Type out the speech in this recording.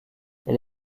elle